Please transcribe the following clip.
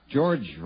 George